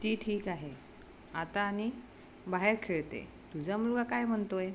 ती ठीक आहे आता आणि बाहेर खेळते आहे तुझा मुलगा काय म्हणतो आहे